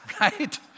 right